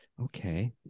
Okay